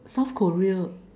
South Korea